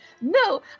No